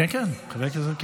חבר הכנסת אבי מעוז,